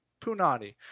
punani